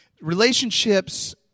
Relationships